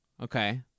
Okay